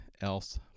else